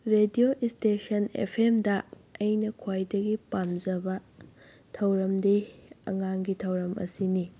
radio station F ꯐꯦꯝꯗ ꯑꯩꯅ ꯈ꯭ꯋꯥꯏꯗꯒꯤ ꯄꯥꯝꯖꯕ ꯊꯧꯔꯝꯗꯤ ꯑꯉꯥꯡꯒꯤ ꯊꯧꯔꯝ ꯑꯁꯤꯅꯤ